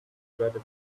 strategy